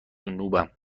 جنوبم